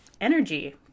energy